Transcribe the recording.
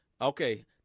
okay